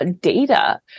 data